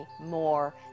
more